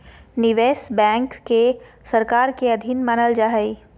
निवेश बैंक के सरकार के अधीन मानल जा हइ